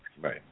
Right